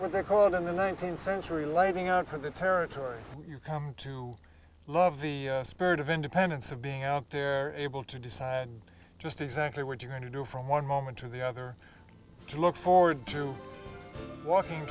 they're called in the nineteenth century lighting out for the territory you come to love the spirit of independence of being out there able to decide just exactly what you're going to do from one moment to the other to look forward to walking